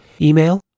Email